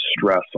stress